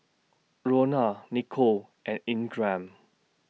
Lona Nichole and Ingram